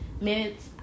minutes